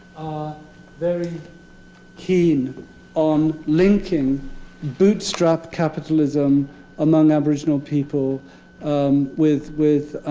very keen on linking bootstrap capitalism among aboriginal people um with with